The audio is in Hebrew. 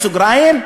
בסוגריים,